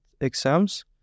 exams